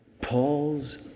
Paul's